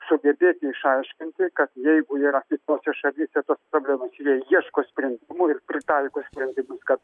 sugebėti išaiškinti kad jeigu yra kitose šalyse tos problemos jie ieško sprendimų ir pritaiko sprendimus kad